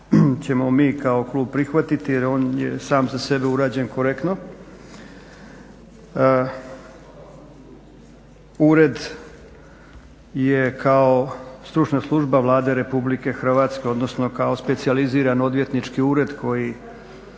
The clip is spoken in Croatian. ćemo mi kao klub prihvatiti jer on je sam za sebe urađen korektno. Ured je kao stručna služba Vlade Republike Hrvatske, odnosno kao specijaliziran odvjetnički ured koji